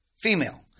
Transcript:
female